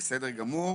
בסדר גמור.